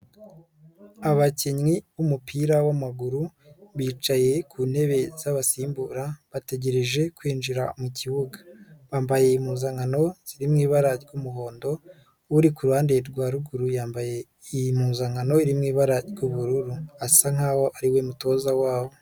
Abakinnyi b'umupira w'amaguru, bicaye ku ntebe z'abasimbura, bategereje kwinjira mu kibuga, bambaye impuzankano ziri mu ibara ry'umuhondo, uri ku ruhande rwa ruguru yambaye impuzankano iri mu ibara ry'ubururu, asa nk'aho ari we mutoza wabo.